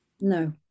no